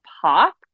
pop